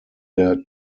der